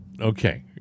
Okay